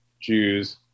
Jews